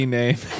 name